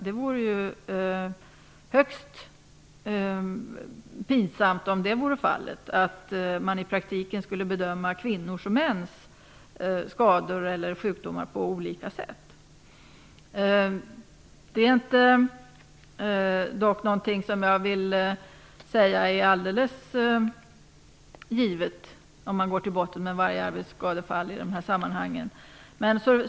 Det vore högst pinsamt om så vore fallet, att man i praktiken skulle bedöma kvinnors och mäns skador eller sjukdomar på olika sätt. Jag vill dock inte säga att det är något alldeles givet, om man går till botten med varje arbetsskadefall i dessa sammanhang.